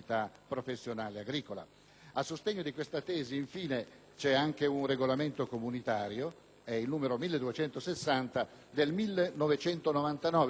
A sostegno di questa tesi, infine, c'è anche il regolamento comunitario n. 1260 del 1999, il quale riconosce